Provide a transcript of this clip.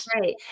Right